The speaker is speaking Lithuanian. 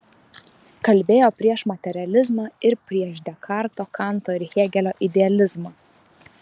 kalbėjo prieš materializmą ir prieš dekarto kanto ir hėgelio idealizmą